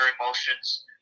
emotions